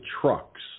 trucks